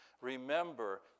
Remember